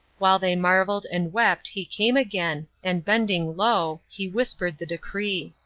while they marveled and wept he came again and bending low, he whispered the decree.